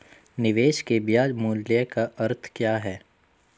निवेश के ब्याज मूल्य का अर्थ क्या है?